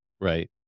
Right